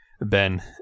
Ben